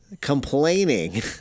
complaining